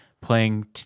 playing